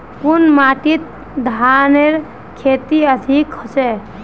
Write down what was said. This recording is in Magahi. कुन माटित धानेर खेती अधिक होचे?